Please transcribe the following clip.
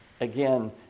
again